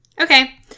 Okay